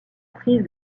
prise